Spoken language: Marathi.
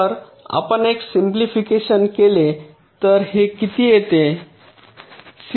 तर आपण एक सिम्पलीफिकेशन केले तर हे किती येते